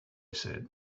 said